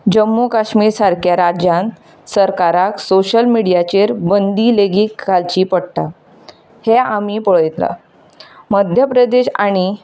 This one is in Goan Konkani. जम्मू कश्मीर सारक्या राज्यांत सरकाराक सोशियल मिडियाचेर बंदी लेगीत घालची पडटा हें आमी पळयता मध्या प्रदेश आनी